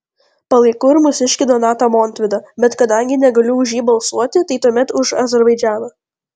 palaikau ir mūsiškį donatą montvydą bet kadangi negaliu už jį balsuoti tai tuomet už azerbaidžaną